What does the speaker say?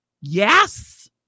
yes